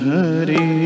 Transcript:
Hari